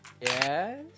Yes